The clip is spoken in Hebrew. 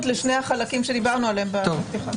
לשני החלקים שדיברנו עליהם בפתיחה של הדיון הבא.